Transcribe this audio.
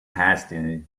hasty